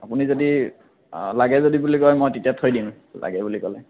আপুনি যদি লাগে বুলি যদি কয় মই তেতিয়া থৈ দিম লাগে বুলি ক'লে